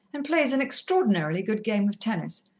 and plays an extraordinarily good game of tennis.